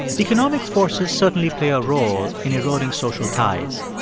economic forces certainly play a role in eroding social ties,